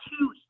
two –